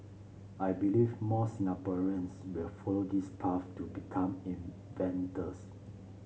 I believe more Singaporeans will follow this path to become inventors